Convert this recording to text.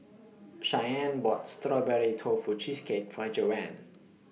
Shyanne bought Strawberry Tofu Cheesecake For Joanne